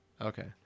okay